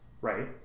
right